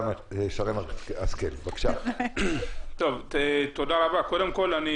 מחו"ל ויימצא בבידוד ביתי, אם כבר מאכנים את מי